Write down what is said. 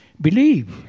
Believe